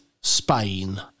Spain